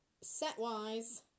Set-wise